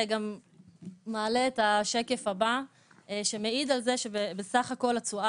השקף הבא שמעיד על זה שבסך הכול התשואה